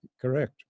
Correct